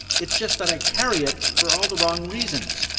it's just that i carry it for all the wrong reasons.